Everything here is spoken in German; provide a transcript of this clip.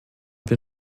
wir